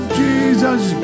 jesus